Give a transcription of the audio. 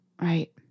Right